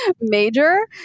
major